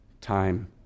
time